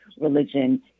religion